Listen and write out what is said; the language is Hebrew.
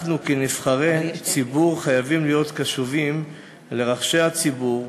אנחנו כנבחרי ציבור חייבים להיות קשובים לרחשי הלב של הציבור,